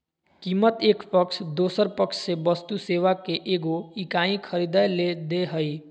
कीमत एक पक्ष दोसर पक्ष से वस्तु सेवा के एगो इकाई खरीदय ले दे हइ